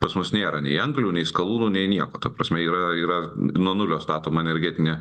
pas mus nėra nei anglių nei skalūnų nei nieko ta prasme yra yra nuo nulio statoma energetinė